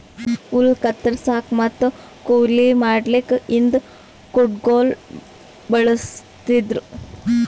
ಹುಲ್ಲ್ ಕತ್ತರಸಕ್ಕ್ ಮತ್ತ್ ಕೊಯ್ಲಿ ಮಾಡಕ್ಕ್ ಹಿಂದ್ ಕುಡ್ಗಿಲ್ ಬಳಸ್ತಿದ್ರು